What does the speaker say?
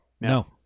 No